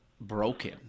broken